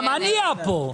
רגע, מה נהיה פה?